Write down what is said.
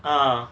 uh